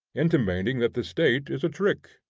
intimating that the state is a trick?